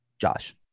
Josh